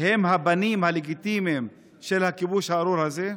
הוא הפנים הלגיטימיות של הכיבוש הארור הזה.